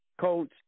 coach